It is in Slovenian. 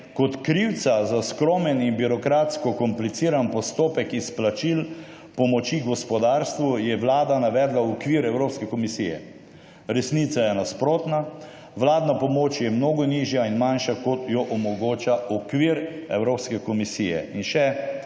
»Kot krivca za skromen in birokratko kompliciran postopek izplačil pomoči gospodarstvu je Vlada navedla v okviru Evropske komisije. Resnica je nasprotna. Vlada pomoč je mnogo nižja in manjša kot jo omogoča okvir Evropske komisije. Famozno